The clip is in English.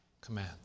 command